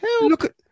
Look